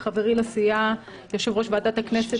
חברי לסיעה, יושב-ראש ועדת הכנסת,